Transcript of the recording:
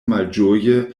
malĝoje